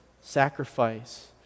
sacrifice